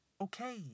okay